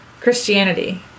Christianity